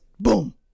boom